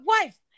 wife